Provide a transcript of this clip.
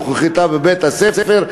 נוכחותה בבית-הספר,